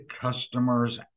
customers